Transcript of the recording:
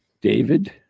David